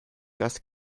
das